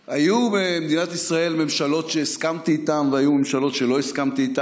היו במדינת ישראל ממשלות שהסכמתי איתן והיו ממשלות שלא הסכמתי איתן.